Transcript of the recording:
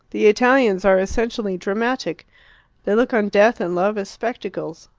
the italians are essentially dramatic they look on death and love as spectacles.